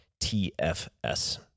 TFS